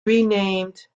renamed